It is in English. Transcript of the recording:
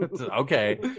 Okay